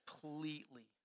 completely